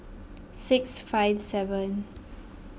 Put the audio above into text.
six five seven